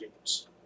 games